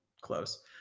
close